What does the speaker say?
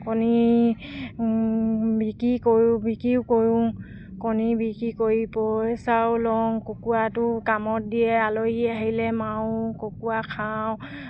কণী বিক্ৰী কৰোঁ বিক্ৰীয়ো কৰোঁ কণী বিক্ৰী কৰি পইছাও লওঁ কুকুৰাটো কামত দিয়ে আলহী আহিলে মাৰোঁ কুকুৰা খাওঁ